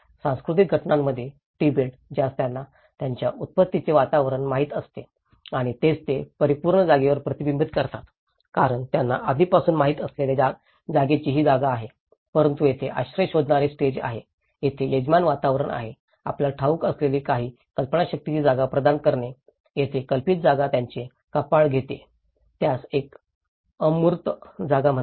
सांस्कृतिक घटकामध्ये तिबेट ज्यास त्यांना त्यांच्या उत्पत्तीचे वातावरण माहित असते आणि तेच ते परिपूर्ण जागेवर प्रतिबिंबित करतात कारण त्यांना आधीपासूनच माहित असलेल्या जागेची ही जागा आहे परंतु येथे आश्रय शोधणारे स्टेज आहे जेथे यजमान वातावरण आहे आपल्याला ठाऊक असलेली काही कल्पनाशक्तीची जागा प्रदान करणे येथेच कल्पित जागा त्याचे कपाळ घेते ज्यास एक अमूर्त जागा म्हणतात